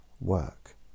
work